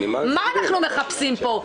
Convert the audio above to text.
מה אנחנו מחפשים פה?